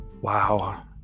Wow